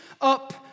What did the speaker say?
up